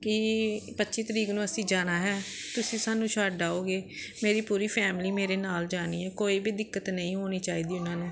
ਕਿ ਪੱਚੀ ਤਰੀਕ ਨੂੰ ਅਸੀਂ ਜਾਣਾ ਹੈ ਤੁਸੀਂ ਸਾਨੂੰ ਛੱਡ ਆਓਗੇ ਮੇਰੀ ਪੂਰੀ ਫੈਮਿਲੀ ਮੇਰੇ ਨਾਲ ਜਾਣੀ ਹੈ ਕੋਈ ਵੀ ਦਿੱਕਤ ਨਹੀਂ ਹੋਣੀ ਚਾਹੀਦੀ ਉਹਨਾਂ ਨੂੰ